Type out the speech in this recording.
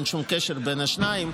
אין שום קשר בין השניים,